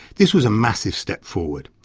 this was a massive step forward.